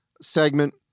segment